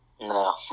No